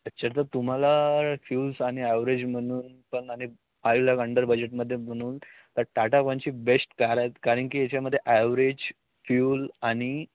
अच्छा तर तुम्हाला फ्युल्स आणि ॲवरेज म्हणून पण आणि फायू लाख अंडर बजेटमध्ये म्हणून तर टाटा पंच ही बेस्ट कार आहे कारण की याच्यामध्ये ॲवरेज फ्यूल आणि